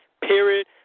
Period